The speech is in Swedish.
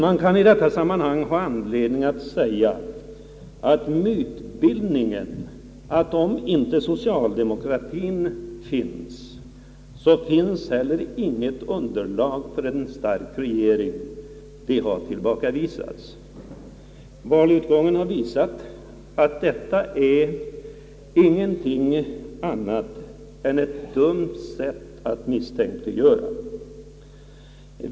Man kan i detta sammanhang ha anledning att säga att den mytbildning har tillbakavisats som påstår, att om inte socialdemokratien finns så finns heller inte något underlag för en stark regering. Valutgången har visat, att detta inte är någonting annat än ett dumt sätt att misstänkliggöra.